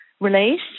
release